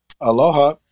Aloha